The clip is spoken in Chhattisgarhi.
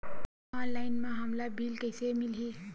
ऑनलाइन म हमला बिल कइसे मिलही?